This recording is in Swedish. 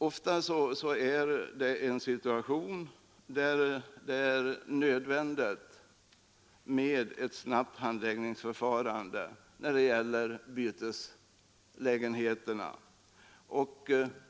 Ofta är det i sådana situationer nödvändigt med en snabb handläggning.